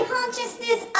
Consciousness